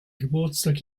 geburtstag